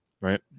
right